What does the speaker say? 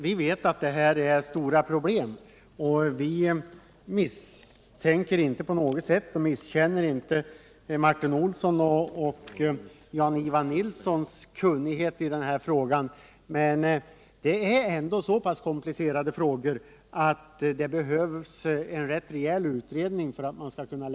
Vi vet att det här är stora problem, och vi ifrågasätter inte Martin Olssons och Jan-Ivan Nilssons kunnighet i dessa frågor. Det är ändå så pass komplicerade frågor att det behövs en rätt rejäl utredning som grund.